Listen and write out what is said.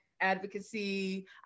advocacy